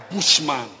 Bushman